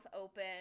open